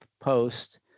post